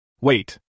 Wait